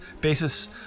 basis